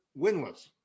winless